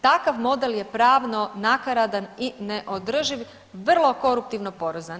Takav model je pravno nakaradan i neodrživ, vrlo koruptivno porazan.